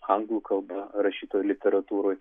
anglų kalba rašytoj literatūroj